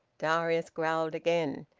darius growled again.